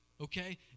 Okay